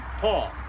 Paul